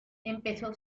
empezó